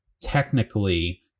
technically